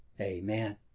Amen